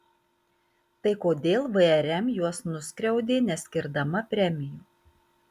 tai kodėl vrm juos nuskriaudė neskirdama premijų